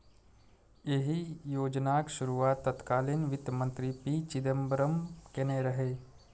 एहि योजनाक शुरुआत तत्कालीन वित्त मंत्री पी चिदंबरम केने रहै